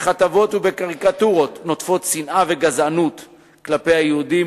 בכתבות ובקריקטורות נוטפות שנאה וגזענות כלפי היהודים,